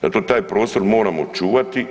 Zato taj prostor moramo čuvati.